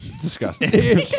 Disgusting